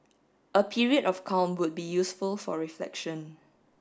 a period of calm would be useful for reflection